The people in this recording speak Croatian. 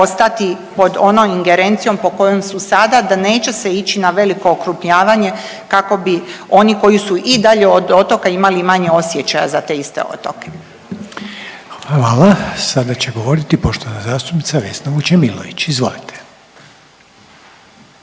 ostati pod onom ingerencijom po kojem su sada, da neće se ići na veliko okrupnjavanje kako bi oni koji su i dalje od otoka imali i manje osjećaja za te iste otoke. **Reiner, Željko (HDZ)** Hvala. Sada će govoriti poštovana zastupnica Vesna Vučemilović, izvolite.